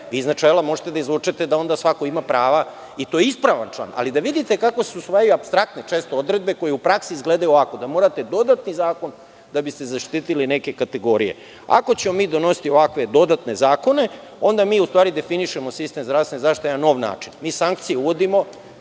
iz načela možete da izvučete da onda svako ima prava, i to je ispravan član, ali da vidite kako se usvajaju često apstraktne odredbe koje u praksi izgledaju ovako, da morate dodatni zakon da biste zaštitili neke kategorije. Ako ćemo mi donositi ovakve dodatne zakone, onda mi u stvari definišemo sistem zdravstvene zaštite na nov način. Mi sankcije uvodimo